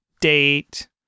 date